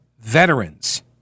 veterans